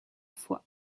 fois